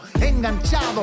enganchado